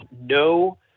no